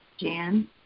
Jan